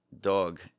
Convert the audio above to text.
dog